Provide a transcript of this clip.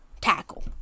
Tackle